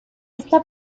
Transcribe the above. está